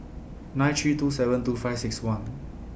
nine three two seven two five six one